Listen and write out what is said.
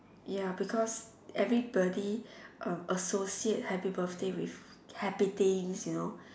ya because everybody uh associate happy birthday with happy things you know